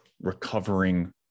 recovering